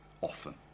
often